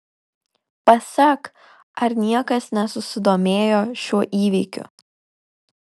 pasek ar niekas nesusidomėjo šiuo įvykiu